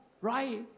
Right